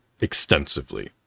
Extensively